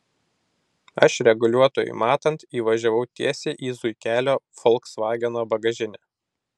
aš reguliuotojui matant įvažiavau tiesiai į zuikelio folksvageno bagažinę